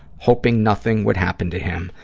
hoping nothing would happen to him.